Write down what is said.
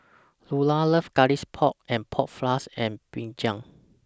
Lulah loves Garlic Pork and Pork Floss and Brinjal